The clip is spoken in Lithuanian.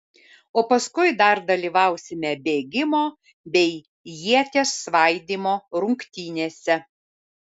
o paskui dar dalyvausime bėgimo bei ieties svaidymo rungtynėse